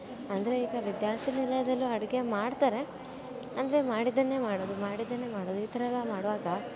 ಅಂದರೆ ಈಗ ವಿದ್ಯಾರ್ಥಿ ನಿಲಯದಲ್ಲೂ ಅಡುಗೆ ಮಾಡ್ತಾರೆ ಅಂದರೆ ಮಾಡಿದ್ದನ್ನೇ ಮಾಡೋದು ಮಾಡಿದ್ದನ್ನೇ ಮಾಡೋದು ಈ ಥರ ಎಲ್ಲ ಮಾಡುವಾಗ